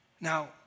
Now